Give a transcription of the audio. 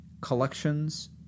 collections